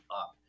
up